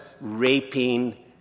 raping